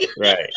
right